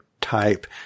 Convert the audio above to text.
type